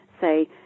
say